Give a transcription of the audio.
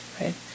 right